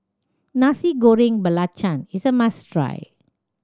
Nasi Goreng Belacan is a must try